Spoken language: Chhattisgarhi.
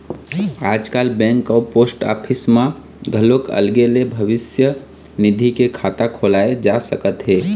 आजकाल बेंक अउ पोस्ट ऑफीस म घलोक अलगे ले भविस्य निधि के खाता खोलाए जा सकत हे